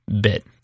bit